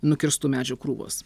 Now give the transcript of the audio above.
nukirstų medžių krūvos